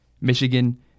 michigan